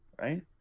right